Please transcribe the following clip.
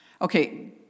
Okay